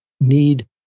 need